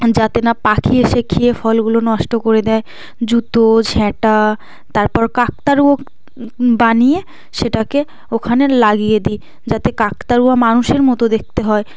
যাতে না পাখি এসে খেয়ে ফলগুলো নষ্ট করে দেয় জুতো ঝাঁটা তারপর কাকতাড়ুয়া বানিয়ে সেটাকে ওখানে লাগিয়ে দিই যাতে কাকতাড়ুয়া মানুষের মত দেখতে হয়